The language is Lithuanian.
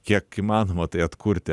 kiek įmanoma tai atkurti